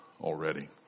already